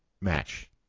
match